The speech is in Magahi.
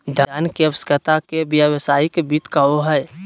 धन के आवश्यकता के व्यावसायिक वित्त कहो हइ